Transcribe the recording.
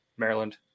Maryland